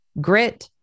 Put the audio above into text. grit